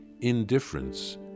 indifference